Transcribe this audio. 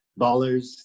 Ballers